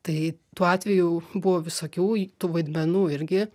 tai tuo atveju buvo visokių j tų vaidmenų irgi